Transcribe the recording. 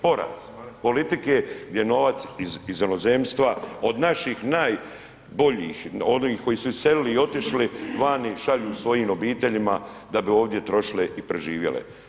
Poraz politike gdje novac iz inozemstva od naših najboljih, onih koji su iselili i otišli vani, šalju svojim obiteljima da bi ovdje trošile i preživjele.